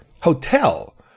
hotel